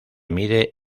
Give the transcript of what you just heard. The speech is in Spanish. mide